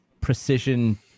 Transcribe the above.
precision